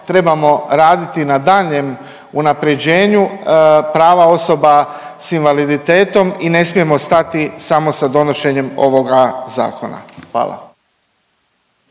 trebamo raditi na daljnjem unaprjeđenju prava osoba s invaliditetom i ne smijemo stati samo sa donošenjem ovoga Zakona. Hvala.